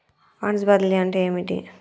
Funds బదిలీ అంటే ఏమిటి?